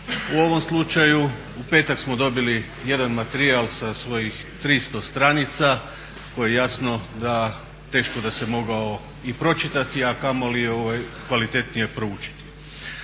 U ovom slučaju u petak smo dobili jedan materijal sa svojih 300 stranica koje jasno da teško da se mogao i pročitati a kamoli kvalitetnije proučiti.